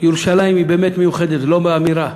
ירושלים היא באמת מיוחדת, ולא באמירה,